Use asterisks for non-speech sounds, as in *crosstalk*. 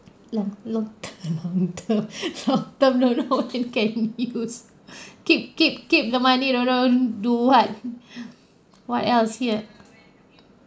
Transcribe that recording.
long long term *laughs* term long term loan don't know what you can use *breath* keep keep keep the money don't don't know do what *laughs* what else yet